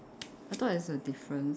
I thought it's a difference